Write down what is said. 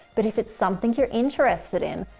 but if it's something you're interested in,